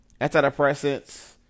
Antidepressants